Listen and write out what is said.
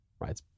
Right